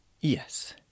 Yes